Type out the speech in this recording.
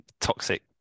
toxic